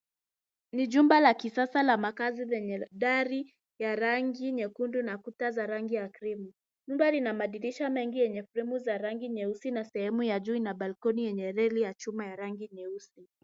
Ni jumba la kisasa la makazi lenye dari ya rangi nyekundu na kuta za rangi ya krimu. Jumba lina madirisha mengi yenye fremu za rangi nyeusi na sehemu ya juu ina balkoni yenye reli ya chuma ya rangi nyeusi.